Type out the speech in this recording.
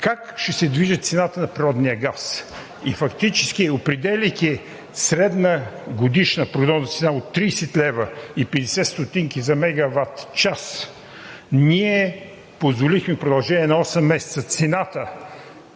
как ще се движи цената на природния газ и фактически, определяйки средна годишна прогнозна цена от 30,50 лв. за мегаватчас, позволихме в продължение на осем месеца цената,